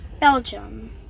Belgium